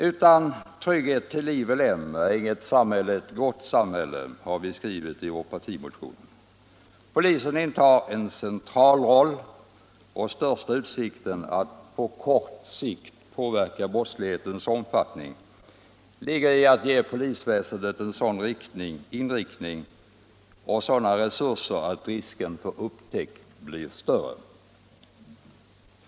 ”Utan trygghet till liv och lem är inget samhälle ett gott samhälle,” har vi skrivit i vår partimotion. Polisen intar en central roll, och största utsikten att på kort sikt påverka brottslighetens omfattning ligger i att ge polisväsendet en sådan inriktning och sådana resurser att risken för upptäckt blir större.